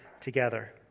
together